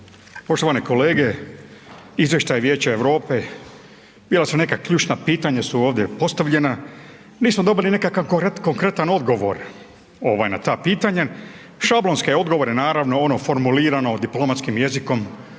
Poštovane kolege, izvještaj Vijeća Europe, bila su neka ključna pitanja su ovdje postavljena, nismo dobili nekakav konkretan odgovor ovaj na ta pitanja, šablonske odgovore naravno ono formulirano diplomatskim jezikom